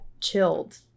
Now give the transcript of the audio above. chilled